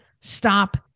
stop